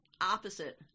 opposite